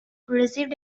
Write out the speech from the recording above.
received